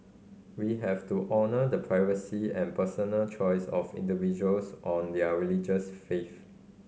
we have to honour the privacy and personal choice of individuals on their religious faith